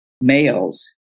Males